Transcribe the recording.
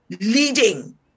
leading